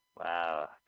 Wow